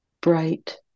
bright